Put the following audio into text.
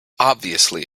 obviously